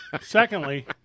Secondly